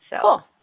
Cool